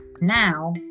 now